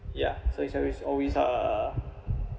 ya so it's actually always uh